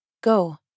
Go